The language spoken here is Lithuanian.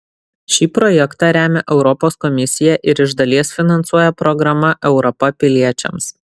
šį projektą remia europos komisija ir iš dalies finansuoja programa europa piliečiams